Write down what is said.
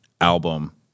album